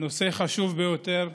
הנושא חשוב ביותר,